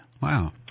Wow